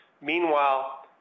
Meanwhile